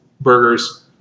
burgers